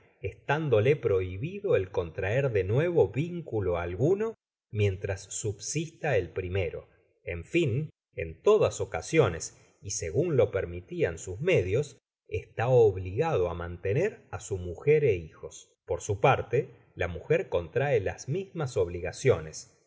estandole prohibido el contraer de nuevo vinculo alguno mientras subsista el primero en fin en todas oeasiones y segun lo permitian sus medios está obligado á mantener á su mujer é hijos por su parte ia mujer contrae las misma obligaciones